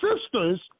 sisters